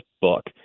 book